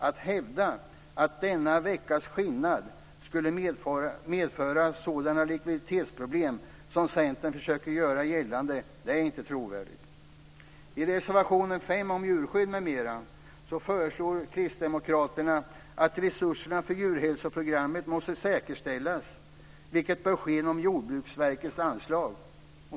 Att hävda att denna skillnad om en vecka skulle medföra sådana likviditetsproblem som Centern försöker göra gällande är inte trovärdigt. I reservation 5 om djurskydd m.m. yrkar kristdemokraterna att resurserna för djurhälsoprogrammet ska säkerställas, vilket bör ske inom Jordbruksverkets anslag.